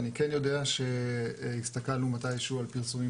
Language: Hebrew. אני כן יודע שהסתכלנו מתי שהוא על הפרסומים